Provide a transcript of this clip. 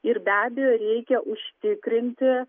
ir be abejo reikia užtikrinti